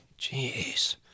Jeez